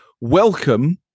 Welcome